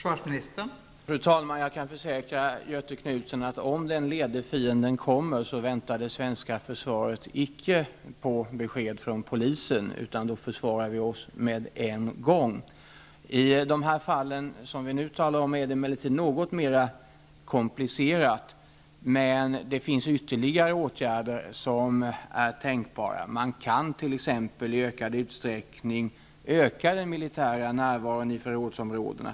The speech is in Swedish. Fru talman! Jag kan försäkra Göthe Knutson att om den lede fienden kommer så väntar det svenska försvaret icke på besked från polisen, utan då försvarar vi oss med en gång. I de fall som vi nu talar om är det emellertid något mera komplicerat. Men det finns ytterligare åtgärder som är tänkbara. Man kan t.ex. i större utsträckning öka den militära närvaron i förrådsområdena.